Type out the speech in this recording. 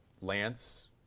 Lance